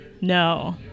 No